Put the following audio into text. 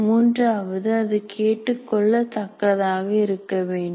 மூன்றாவது அது கேட்டுக் கொள்ள தக்கதாக இருக்க வேண்டும்